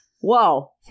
whoa